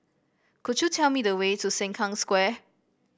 could you tell me the way to Sengkang Square